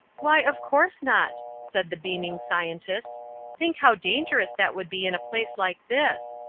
why, of course not, said the beaming scientist think how dangerous that would be in a place like this.